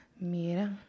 Mira